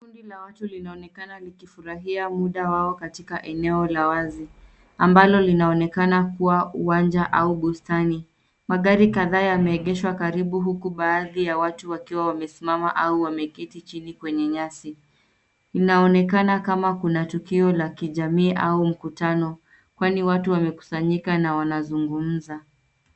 Kundi la watu linaonekana likufurahia muda wao katika eneo la wazi ambalo linaonekana kuwa uwanja au bustani. Magari kadhaa yameegeshwa karibu uku baadhi ya watu wakiwa wamesimama au wameketi chini kwenye nyasi. Inaonekana kama kuna tukio la kijamii au mkutano kwani watu wamekusanyika na wanazungumza.